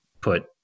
put